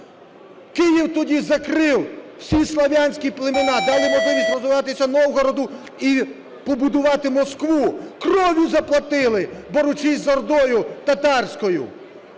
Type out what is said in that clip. Київ тоді закрив всі слов'янські племена, дали можливість розвиватися Новгороду і побудувати Москву. Кров'ю заплатили, борючись з ордою татарською.